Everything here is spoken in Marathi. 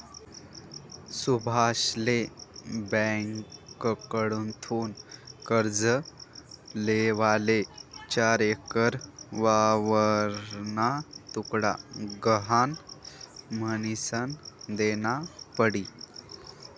सुभाषले ब्यांककडथून कर्ज लेवाले चार एकर वावरना तुकडा गहाण म्हनीसन देना पडी